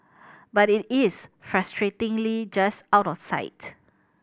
but it is frustratingly just out of sight